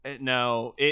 No